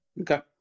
Okay